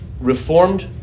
Reformed